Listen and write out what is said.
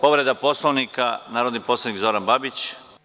Povreda Poslovnika narodni poslanik Zoran Babić.